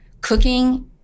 cooking